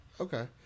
okay